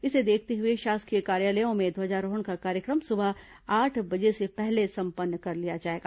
इसे देखते हुए शासकीय कार्यालयों में ध्वजारोहण का कार्यक्रम सुबह आठ बजे से पहले संपन्न कर लिया जाएगा